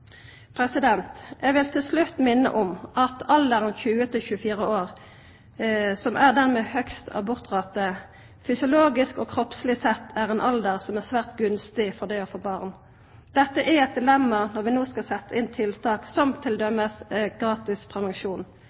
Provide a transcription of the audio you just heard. Eg vil til slutt minna om at alderen 20–24 år, som er den med høgast abortrate, fysiologisk og kroppsleg sett er ein alder som er svært gunstig for det å få barn. Dette er eit dilemma når vi no skal setja inn tiltak, som t.d. gratis prevensjon